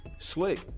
slick